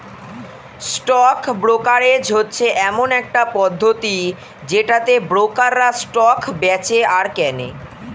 stock brokerage হচ্ছে এমন একটা পদ্ধতি যেটাতে ব্রোকাররা স্টক বেঁচে আর কেনে